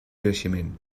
creixement